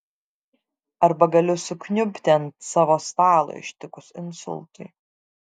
arba galiu sukniubti ant savo stalo ištikus insultui